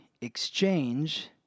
exchange